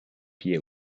pie